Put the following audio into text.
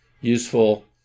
useful